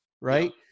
right